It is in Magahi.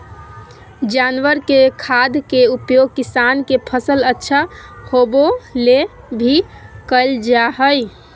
जानवर के खाद के उपयोग किसान के फसल अच्छा होबै ले भी कइल जा हइ